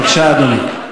בבקשה, אדוני.